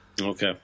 okay